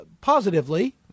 positively